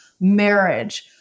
Marriage